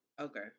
okay